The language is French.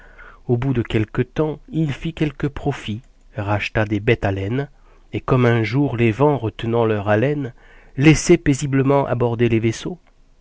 au bout de quelque temps il fit quelques profits racheta des bêtes à laine et comme un jour les vents retenant leur haleine laissaient paisiblement aborder les vaisseaux